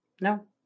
No